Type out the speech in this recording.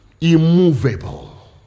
immovable